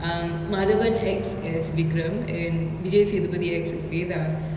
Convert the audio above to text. um madhavan acts as vikram and vijay sethupathi acts as vedha